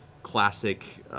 classic